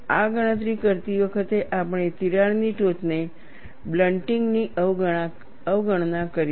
આ ગણતરી કરતી વખતે આપણે તિરાડની ટોચને બ્લન્ટિંગ ની અવગણના કરી છે